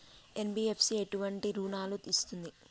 NBFC ఎటువంటి రుణాలను ఇస్తుంది?